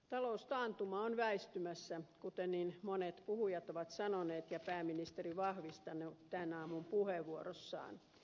taloustaantuma on väistymässä kuten niin monet puhujat ovat sanoneet ja pääministeri vahvistanut tämän aamun puheenvuorossaan